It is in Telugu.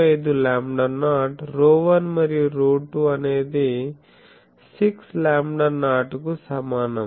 25 లాంబ్డా నాట్ ρ1 మరియు ρ2 అనేది 6 లాంబ్డా నాట్ కు సమానం